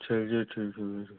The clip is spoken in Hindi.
चलिए ठीक है फिर